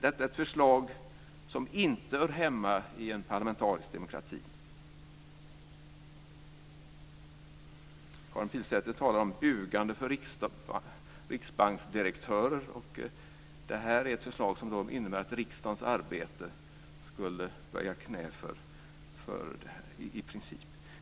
Detta är ett förslag som inte hör hemma i en parlamentarisk demokrati. Karin Pilsäter talar om bugande för riksbanksdirektörer. Det här är ett förslag som i princip innebär att riksdagens arbete skulle böja knä för Riksbanken.